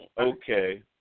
okay